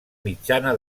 mitjana